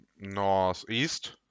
northeast